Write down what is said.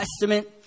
Testament